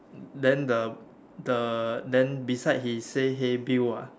then the the then beside he say hey Bill ah